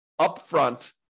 upfront